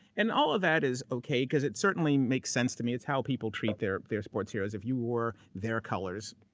and all of that is okay because it certainly makes sense to me. it's how people treat their their sports heroes. if you wore their colors,